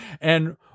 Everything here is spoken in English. And-